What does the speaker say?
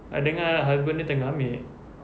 I dengar husband dia tengah ambil